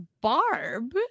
Barb